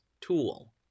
tool